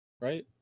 right